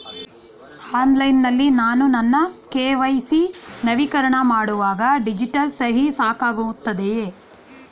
Online ನಲ್ಲಿ ನಾನು ನನ್ನ ಕೆ.ವೈ.ಸಿ ನವೀಕರಣ ಮಾಡುವಾಗ ಡಿಜಿಟಲ್ ಸಹಿ ಸಾಕಾಗುತ್ತದೆಯೇ?